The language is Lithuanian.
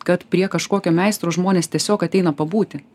kad prie kažkokio meistro žmonės tiesiog ateina pabūti